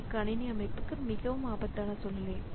இது கணினி அமைப்புக்கு மிகவும் ஆபத்தான சூழ்நிலை